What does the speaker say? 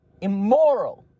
immoral